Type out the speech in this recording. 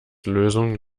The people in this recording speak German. lösung